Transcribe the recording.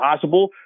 possible